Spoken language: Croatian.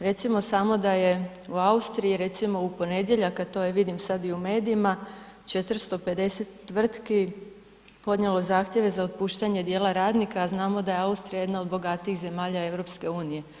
Recimo samo da je u Austriji recimo u ponedjeljak, a to je vidim sada i u medijima 450 tvrtki podnijelo zahtjeve za otpuštanje dijela radnika, a znamo da je Austrija jedna od bogatijih zemalja EU.